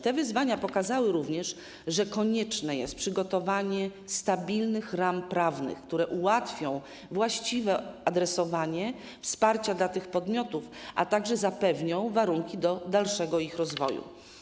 Te wyzwania pokazały również, że konieczne jest przygotowanie stabilnych ram prawnych, które ułatwią właściwe adresowanie wsparcia dla tych podmiotów, a także zapewnią warunki do dalszego ich rozwoju.